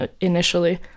initially